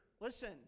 Listen